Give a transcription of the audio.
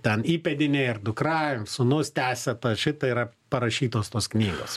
ten įpėdiniai ar dukra sūnus tęsia ta šitai yra parašytos tos knygos